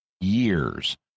years